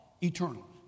eternal